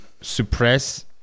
suppress